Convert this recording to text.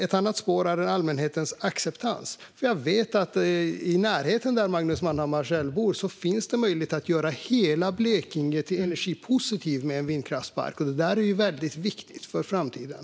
Ett annat spår är allmänhetens acceptans. Jag vet att det i närheten av där Magnus Manhammar själv bor finns möjlighet att göra hela Blekinge energipositivt med en vindkraftspark. Det är väldigt viktigt för framtiden.